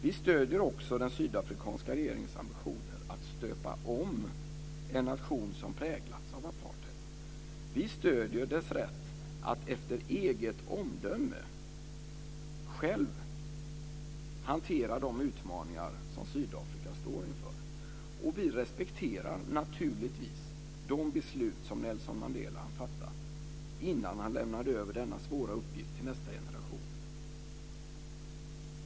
Vi stöder också den sydafrikanska regeringens ambitioner att stöpa om en nation som präglats av apartheid. Vi stöder dess rätt att efter eget omdöme själv hantera de utmaningar som Sydafrika står inför. Och vi respekterar naturligtvis de beslut som Nelson Mandela hann fatta innan han lämnade över denna svåra uppgift till nästa generation.